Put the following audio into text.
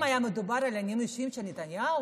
אם היה מדובר על עניינים אישיים של נתניהו,